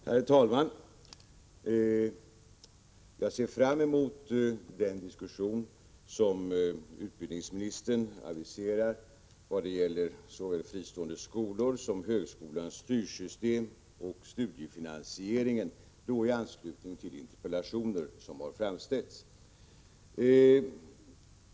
Herr talman! Jag ser fram emot den diskussion som utbildningsministern aviserat angående såväl fristående skolor som högskolans styrsystem och studiefinansieringen, en diskussion i anslutning till interpellationer som framställts.